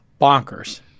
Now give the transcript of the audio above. bonkers